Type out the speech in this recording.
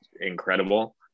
incredible